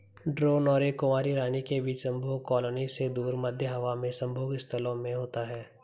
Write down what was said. drone और एक कुंवारी रानी के बीच संभोग कॉलोनी से दूर, मध्य हवा में संभोग स्थलों में होता है